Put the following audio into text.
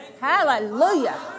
Hallelujah